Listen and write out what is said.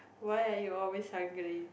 why are you always hungry